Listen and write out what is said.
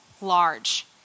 large